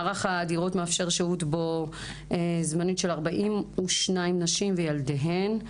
מערך הדירות מאפשר שהות בו-זמנית של 42 נשים וילדיהן.